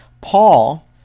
Paul